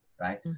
right